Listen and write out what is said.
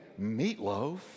meatloaf